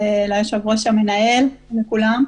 וליושב-ראש המנהל ולכולם,